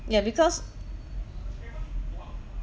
ya because